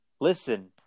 listen